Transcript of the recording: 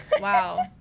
wow